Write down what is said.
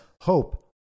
Hope